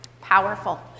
powerful